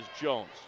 Jones